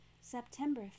September